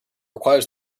requires